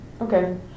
Okay